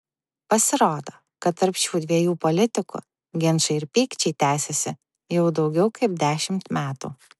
pasirodo kad tarp šių dviejų politikų ginčai ir pykčiai tęsiasi jau daugiau kaip dešimt metų